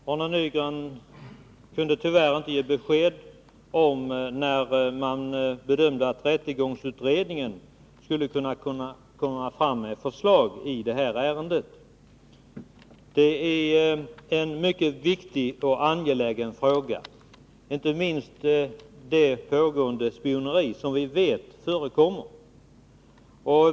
Herr talman! Arne Nygren kunde tyvärr inte ge besked om när man bedömer att rättegångsutredningen skall kunha komma med förslag i det här ärendet. Detta är en mycket viktig och angelägen fråga, inte minst med tanke på det spioneri som vi vet förekommer.